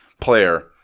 player